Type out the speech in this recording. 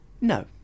No